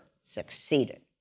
succeeded